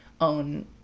own